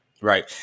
right